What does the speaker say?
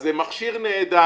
אז זה מכשיר נהדר,